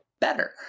better